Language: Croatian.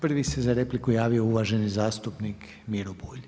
Prvi se za repliku javio uvaženi zastupnik Miro Bulj.